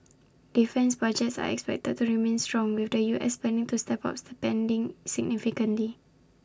defence budgets are expected to remain strong with the U S planning to step up spending significantly